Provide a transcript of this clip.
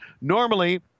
Normally